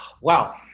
Wow